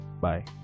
Bye